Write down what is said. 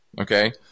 Okay